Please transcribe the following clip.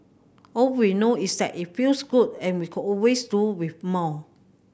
all we know is that it feels good and we could always do with more